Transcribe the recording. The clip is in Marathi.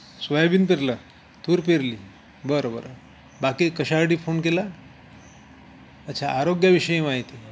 सोयाबीन पेरलं तूर पेरली बरं बरं बाकी कशासाठी फोन केला अच्छा आरोग्यविषयी माहिती